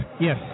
Yes